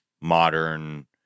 modern